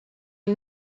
une